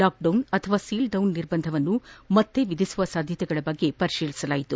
lockdown ಅಥವಾ seal down ನಿರ್ಬಂಧವನ್ನು ಮತ್ತೆ ವಿಧಿಸುವ ಸಾಧ್ಯತೆಗಳ ಬಗ್ಗೆ ಪರಿಶೀಲಿಸಲಾಗಿದೆ